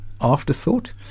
afterthought